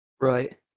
Right